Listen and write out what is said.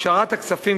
הפרשת הכספים,